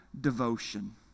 devotion